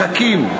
מחכים.